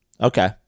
Okay